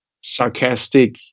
sarcastic